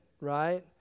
right